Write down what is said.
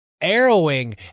arrowing